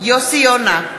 יוסי יונה,